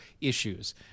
issues